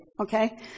Okay